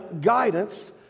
guidance